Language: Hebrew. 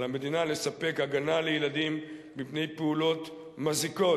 על המדינה לספק הגנה לילדים מפני פעולות מזיקות,